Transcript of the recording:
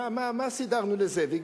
מה סידרנו לזאביק?